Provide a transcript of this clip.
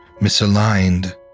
misaligned